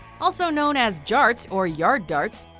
also known as jarts or yard darts,